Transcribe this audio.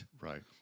Right